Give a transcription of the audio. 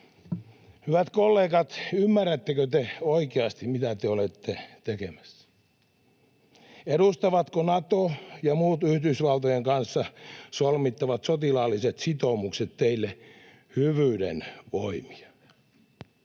Hyvät kollegat, ymmärrättekö te oikeasti, mitä te olette tekemässä? Edustavatko Nato ja muut Yhdysvaltojen kanssa solmittavat sotilaalliset sitoumukset teille hyvyyden voimia?